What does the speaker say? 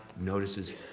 notices